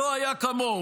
שלא היה כמוהו.